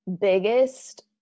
Biggest